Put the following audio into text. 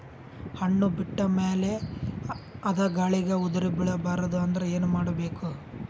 ಹಣ್ಣು ಬಿಟ್ಟ ಮೇಲೆ ಅದ ಗಾಳಿಗ ಉದರಿಬೀಳಬಾರದು ಅಂದ್ರ ಏನ ಮಾಡಬೇಕು?